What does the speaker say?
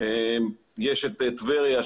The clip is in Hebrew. יש את טבריה,